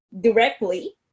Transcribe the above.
directly